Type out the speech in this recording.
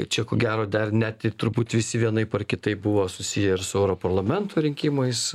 čia ko gero dar net ir turbūt visi vienaip ar kitaip buvo susiję ir su europarlamento rinkimais